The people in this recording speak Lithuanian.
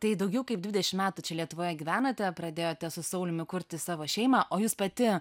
tai daugiau kaip dvidešimt metų čia lietuvoje gyvenate pradėjote su sauliumi kurti savo šeimą o jūs pati